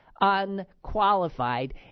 unqualified